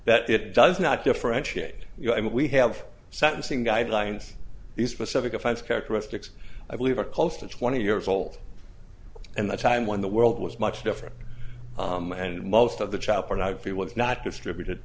that it does not differentiate you know i mean we have sentencing guidelines these specific offense characteristics i believe are close to twenty years old and the time when the world was much different and most of the child pornography was not distributed